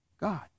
God